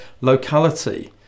locality